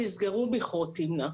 נסגרו מכרות תמנע,